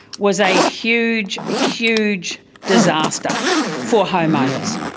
was a huge, huge disaster for homeowners.